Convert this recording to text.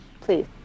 Please